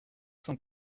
cent